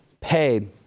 paid